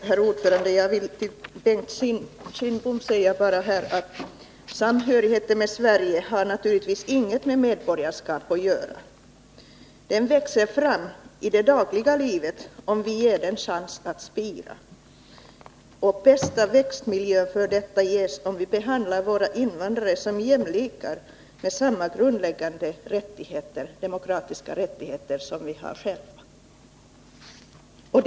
Herr talman! Jag vill till Bengt Kindbom säga att samhörigheten med Sverige naturligtvis inte är någonting som har med medborgarskap att göra. Den växer fram i det dagliga livet, om vi ger den en chans att spira. Den bästa växtmiljön för samhörighetskänslan ges om vi behandlar våra invandrare som jämlikar och ger dem samma grundläggande demokratiska rättigheter som vi själva har.